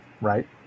right